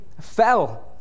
fell